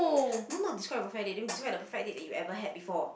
no not describe the perfect date that means describe the perfect date that you ever had before